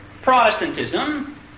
Protestantism